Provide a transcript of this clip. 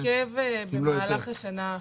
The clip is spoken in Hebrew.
זה התעכב במהלך השנה האחרונה.